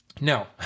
No